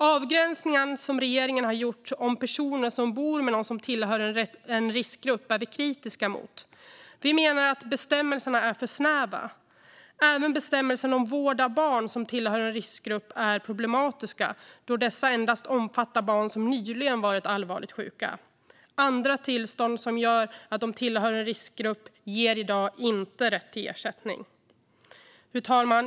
Avgränsningen som regeringen har gjort om personer som bor med någon som tillhör en riskgrupp är vi kritiska mot. Vi menar att bestämmelserna är för snäva. Även bestämmelserna om vård av barn som tillhör en riskgrupp är problematiska, då dessa endast omfattar barn som nyligen varit allvarligt sjuka. Andra tillstånd som gör att de tillhör en riskgrupp ger i dag inte rätt till ersättning. Fru talman!